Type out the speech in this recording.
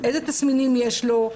איזה תסמינים יש לו,